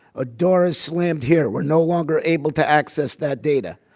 a door slammed here. we're no longer able to access that data.